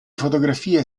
fotografie